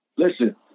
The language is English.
Listen